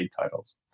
titles